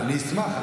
אני אשמח.